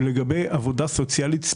לגבי עבודה סוציאלית,